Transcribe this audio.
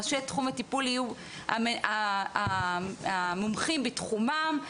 ראשי תחום הטיפול יהיו המומחים בתחומם,